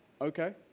Okay